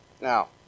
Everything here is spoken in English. Now